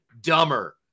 dumber